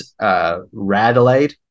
Radelaide